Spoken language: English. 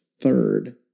third